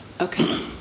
Okay